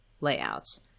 layouts